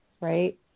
right